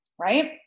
Right